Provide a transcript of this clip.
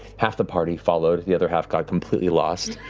half the party followed, the other half got completely lost.